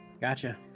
Gotcha